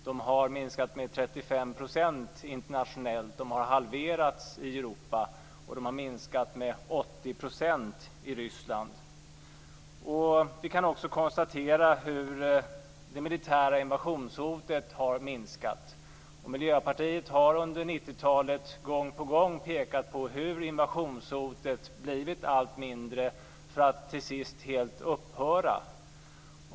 De har minskat med 35 % internationellt. De har halverats i Europa. De har minskat med 80 % i Ryssland. Vi kan också konstatera hur det militära invasionshotet har minskat. Miljöpartiet har under 1990 talet gång på gång pekat på hur invasionshotet blivit allt mindre för att till sist helt upphöra.